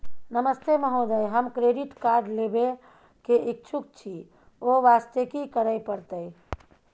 नमस्ते महोदय, हम credit card लेबे के इच्छुक छि ओ वास्ते की करै परतै?